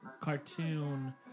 cartoon